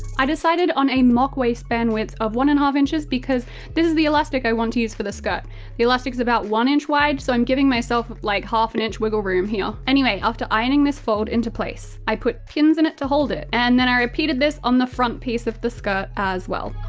i decided on a mock-waistband width of one and a half inches because this is the elastic i want to use for the skirt. the elastic's about one inch wide so i'm giving myself like half an inch wiggle-room here. anyway, after ironing this fold into place, i put pins in it to hold it, and then i repeated this on the front piece of the skirt as well.